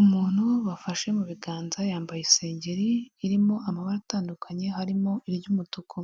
Umuntu bafashe mu biganza yambaye isengeri irimo amabara atandukanye, harimo iry'umutuku